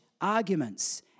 arguments